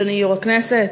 אדוני היושב-ראש,